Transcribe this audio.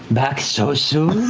back so soon?